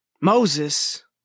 Moses